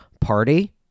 party